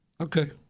Okay